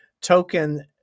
token